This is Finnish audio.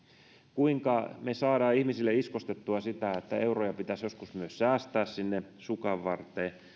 kuinka me saamme ihmisille iskostettua sitä että euroja pitäisi joskus myös säästää sinne sukanvarteen